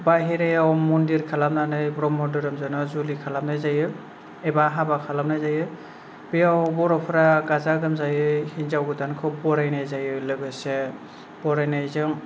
बाहायरायाव मन्दिर खालामनानै ब्रम्ह धोरोम जोना जुलि खालामनाय जायो एबा हाबा खालामनाय जायो बेयाव बर' फ्रा गाजा गोमजायै हेन्जाव गोदानखौ बरायनाय जायो लोगोसे बरायनायजों